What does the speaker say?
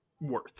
worth